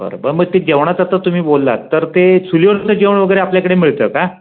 बरं ब मग ते जेवणाचं तर तुम्ही बोललात तर ते चुलीवरचं जेवण वगैरे आपल्याकडे मिळतं का